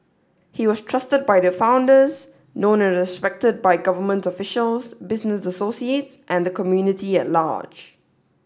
he was trusted by the founders known and respected by government officials business associates and the community at large